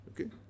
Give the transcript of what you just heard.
okay